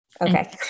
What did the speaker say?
okay